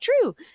true